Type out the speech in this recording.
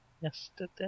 yesterday